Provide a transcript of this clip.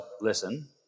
listen